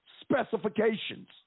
specifications